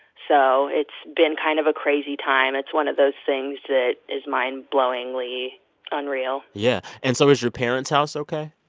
so it's been kind of a crazy time. it's one of those things that is mind-blowingly unreal yeah. and so is your parents' house ok?